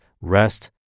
rest